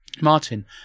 Martin